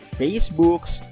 facebooks